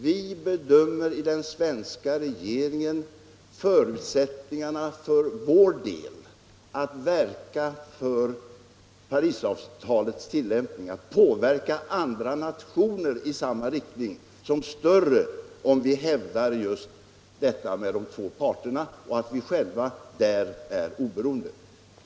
Vi i den svenska regeringen bedömer förutsättningarna för vår del att verka för Parisavtalets tillämpning, att påverka andra nationer i samma riktning, som större om vi hävdar just att det finns dessa två parter och att vi själva är oberoende.